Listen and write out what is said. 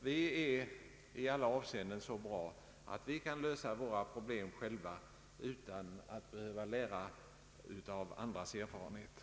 Vi är i alla avseenden så bra att vi kan lösa våra problem själva utan att behöva lära av andras erfarenheter.